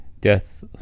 death